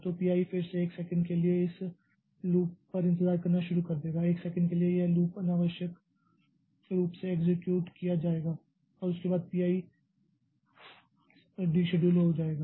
तो P i फिर से 1 सेकंड के लिए इस लूप पर इंतजार करना शुरू कर देगा 1 सेकंड के लिए यह लूप अनावश्यक रूप से एक्सेक्यूट किया जाएगा और उसके बाद P i से डिशेडुल हो जाएगा